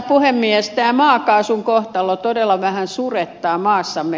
tämä maakaasun kohtalo todella vähän surettaa maassamme